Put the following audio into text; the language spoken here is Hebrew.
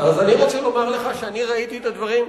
אז אני רוצה להגיד לך שאני ראיתי את הדברים,